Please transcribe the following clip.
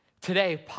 Today